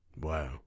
Wow